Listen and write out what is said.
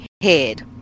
head